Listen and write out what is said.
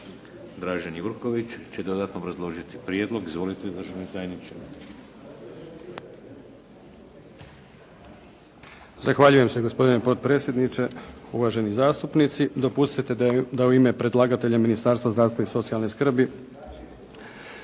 Dražen Jurković će dodatno obrazložiti prijedlog. Izvolite državni tajniče.